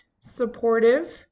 supportive